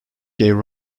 gave